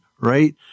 right